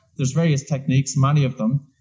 there's various techniques, many of them,